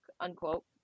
unquote